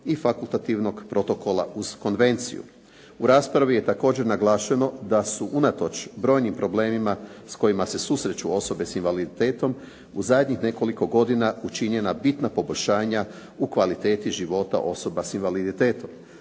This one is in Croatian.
i fakultativnog protokola uz konvenciju. U raspravi je također naglašeno da su unatoč brojnim problemima sa kojima se susreću osobe s invaliditetom u zadnjih nekoliko godina učinjena bitna poboljšanja u kvaliteti života osoba sa invaliditetom.